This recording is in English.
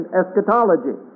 eschatology